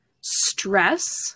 stress